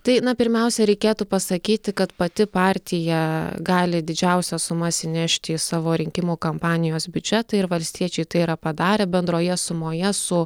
tai na pirmiausia reikėtų pasakyti kad pati partija gali didžiausias sumas įnešti į savo rinkimų kampanijos biudžetą ir valstiečiai tai yra padarę bendroje sumoje su